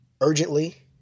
urgently